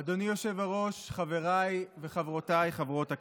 אדוני היושב-ראש, חבריי וחברותיי חברות הכנסת,